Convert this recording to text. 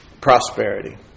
prosperity